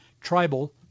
tribal